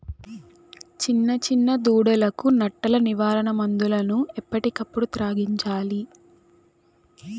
చిన్న చిన్న దూడలకు నట్టల నివారణ మందులను ఎప్పటికప్పుడు త్రాగించాలి